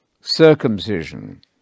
circumcision